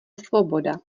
svoboda